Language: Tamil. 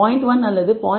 1 அல்லது 0